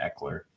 Eckler